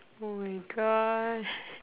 oh my god